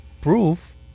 proof